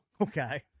okay